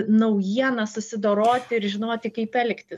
naujiena susidoroti ir žinoti kaip elgtis